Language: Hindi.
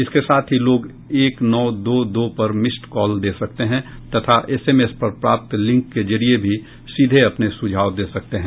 इसके साथ ही लोग एक नौ दो दो पर मिस्ड कॉल दे सकते हैं तथा एसएमएस पर प्राप्त लिंक के जरिए भी सीधे अपने सुझाव दे सकते हैं